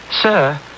sir